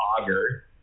auger